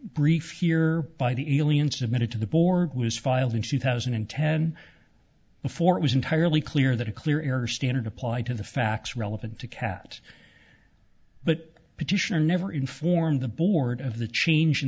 brief here by the alien submitted to the board was filed in two thousand and ten before it was entirely clear that a clear error standard applied to the facts relevant to cat but petitioner never informed the board of the chang